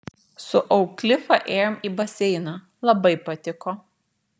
su auklifa ėjom į baseiną labai patiko